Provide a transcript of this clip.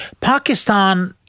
Pakistan